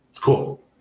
Cool